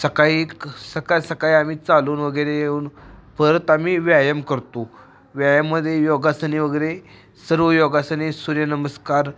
सकाळी एक सकाळ सकाळी आम्ही चालून वगैरे येऊन परत आम्ही व्यायाम करतो व्यायामामध्ये योगासने वगैरे सर्व योगासने सूर्यनमस्कार